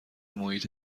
محیط